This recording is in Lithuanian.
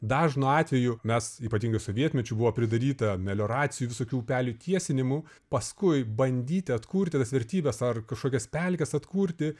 dažnu atveju mes ypatingai sovietmečiu buvo pridaryta melioracijų visokių upelių tiesinimų paskui bandyti atkurti tas vertybes ar kažkokias pelkes atkurti